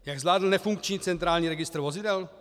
Jak zvládl nefunkční centrální registr vozidel?